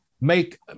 Make